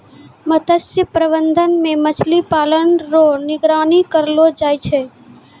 मत्स्य प्रबंधन मे मछली पालन रो निगरानी करलो जाय छै